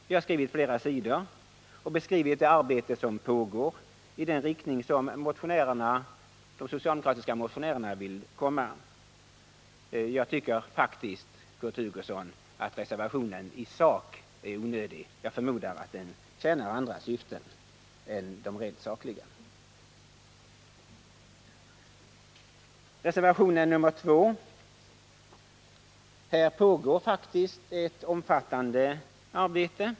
Vi har skrivit flera sidor om det och beskrivit det arbete som pågår i den riktning som de socialdemokratiska motionärerna vill gå. Jag tycker faktiskt, Kurt Hugosson, att reservationen i sak är onödig. Jag förmodar att den tjänar andra syften än de rent sakliga. Reservationen 2 gäller förbättrade statsbidrag för kollektivtrafik i tätort. Där pågår faktiskt ett omfattande arbete.